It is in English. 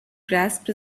grasped